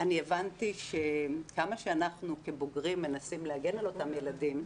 הבנתי שכמה שאנחנו כבוגרים מנסים להגן על אותם ילדים,